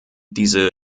diese